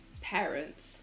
parents